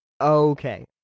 okay